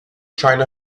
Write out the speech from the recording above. china